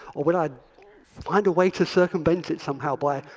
or will i find a way to circumvent it somehow by,